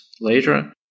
later